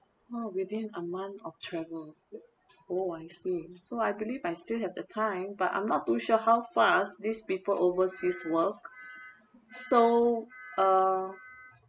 oh within a month of travel oh I see so I believe I still have the time but I'm not too sure how fast these people overseas work so uh